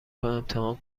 امتحان